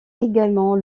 également